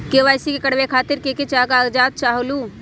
KYC करवे खातीर के के कागजात चाहलु?